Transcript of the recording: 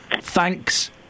Thanks